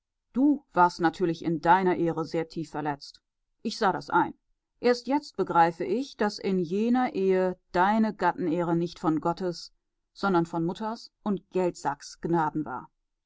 du warst natürlich in deiner ehre sehr tief verletzt ich sah das ein erst jetzt begreife ich daß in jener ehe deine gattenehre nicht von gottes sondern von mutters und geldsacks gnaden war